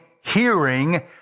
hearing